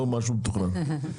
לא משהו מתוכנן.